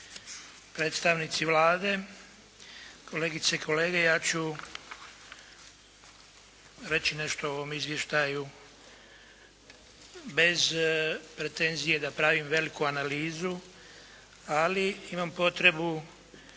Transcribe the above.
predstavnici Vlade, kolegice i kolege. Ja ću reći nešto o ovom izvještaju bez pretenzije da pravim veliku analizu, ali imam potrebu